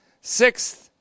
Sixth